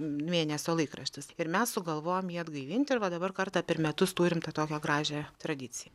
mėnesio laikraštis ir mes sugalvojom jį atgaivinti ir va dabar kartą per metus turim tą tokią gražią tradiciją